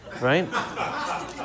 right